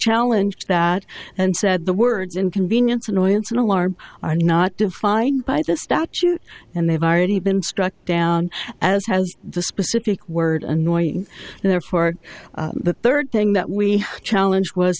challenge that and said the words inconvenience annoyance and alarm are not defined by the statute and they've already been struck down as has the specific word annoying and therefore the third thing that we challenge was